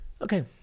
Okay